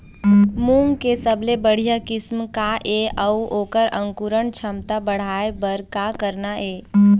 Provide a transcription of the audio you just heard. मूंग के सबले बढ़िया किस्म का ये अऊ ओकर अंकुरण क्षमता बढ़ाये बर का करना ये?